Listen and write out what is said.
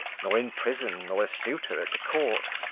nor in prison, nor a suitor at the court,